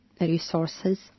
resources